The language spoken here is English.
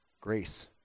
Grace